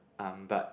um but